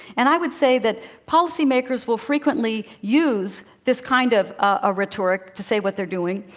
and i would say that policymakers will frequently use this kind of ah rhetoric to say what they're doing,